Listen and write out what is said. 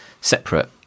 separate